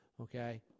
Okay